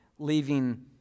leaving